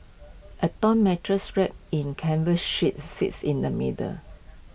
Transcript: A torn mattress wrapped in canvas sheets sits in the middle